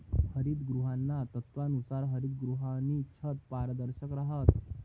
हरितगृहाना तत्वानुसार हरितगृहनी छत पारदर्शक रहास